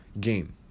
game